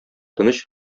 тыныч